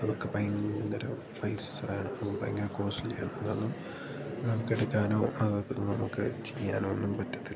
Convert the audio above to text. അതൊക്കെ ഭയങ്കര പൈസ വേണം അത് ഭയങ്കര കോസ്ലിയാണ് അതൊന്നും നമുക്കെടുക്കാനോ അതൊക്കെ നമുക്ക് ചെയ്യാനോ ഒന്നും പറ്റത്തില്ല